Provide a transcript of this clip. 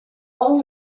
all